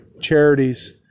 charities